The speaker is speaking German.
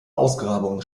ausgrabungen